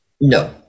No